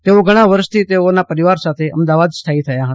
તેઓ ઘણા વર્ષથી તેમના પરિવાર સાથે અમદાવાદ ખાતે સ્થાયી થયા હતા